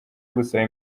gusaba